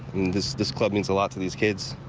this this club means a lot to these kids.